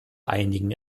einigen